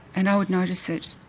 and i would notice it,